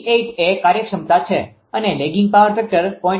88 એ કાર્યક્ષમતા છે અને લેગિંગ પાવર ફેક્ટર 0